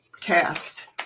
Cast